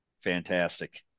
fantastic